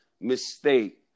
mistake